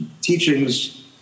teachings